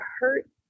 hurt